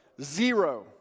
Zero